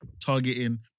targeting